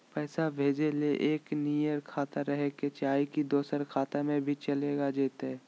पैसा भेजे ले एके नियर खाता रहे के चाही की दोसर खाता में भी चलेगा जयते?